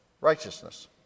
righteousness